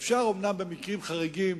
אפשר, אומנם, במקרים חריגים